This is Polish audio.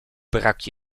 brak